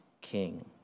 king